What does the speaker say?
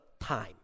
time